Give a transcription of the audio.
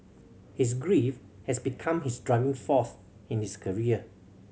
his grief has become his driving force in his career